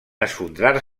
esfondrar